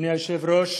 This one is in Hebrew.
אדוני היושב-ראש,